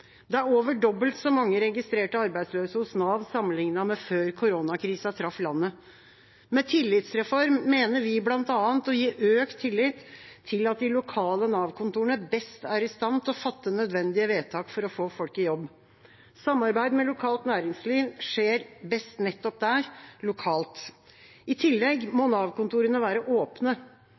Det er over dobbelt så mange registrerte arbeidsløse hos Nav sammenlignet med før koronakrisa traff landet. Med tillitsreform mener vi bl.a. å gi økt tillit til at de lokale Nav-kontorene best er i stand til å fatte nødvendige vedtak for å få folk i jobb. Samarbeid med lokalt næringsliv skjer best nettopp der, lokalt. I tillegg må Nav-kontorene være åpne.